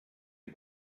die